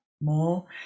more